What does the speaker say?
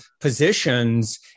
positions